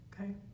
Okay